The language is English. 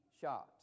shot